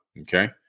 Okay